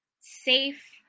safe